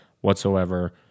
whatsoever